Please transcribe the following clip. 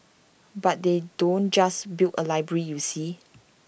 but they don't just build A library you see